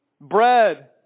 Bread